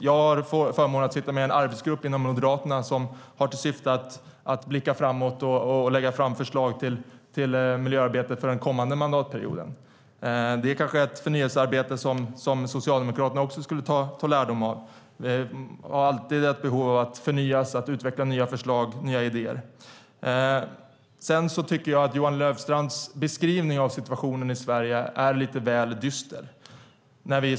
Jag har förmånen att sitta med i en arbetsgrupp inom Moderaterna som har till syfte att blicka framåt och lägga fram förslag om miljöarbetet för den kommande mandatperioden. Det är ett förnyelsearbete som Socialdemokraterna kanske skulle ta lärdom av. Det finns alltid ett behov av att förnya sig och utveckla nya förslag och idéer. Johan Löfstrands beskrivning av situationen i Sverige är lite väl dyster.